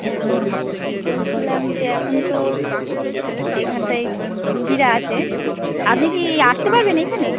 অ্যাঁ বলছিলাম যে এখন তো এখানটায় রুগিরা আছে আপনি কি আসতে পারবেন এইখানে